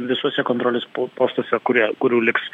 visuose kontrolės postuose kurie kurių liks